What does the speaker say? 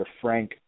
Frank